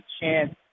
chance